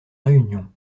réunion